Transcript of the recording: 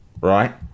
right